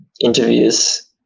interviews